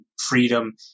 freedom